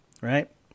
right